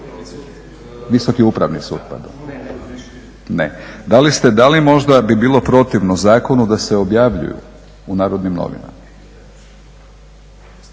Visoki upravni sud, pardon. Ne. Da li ste, da li možda bi bilo protivno zakonu da se objavljuju u narodnim novinama.